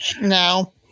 no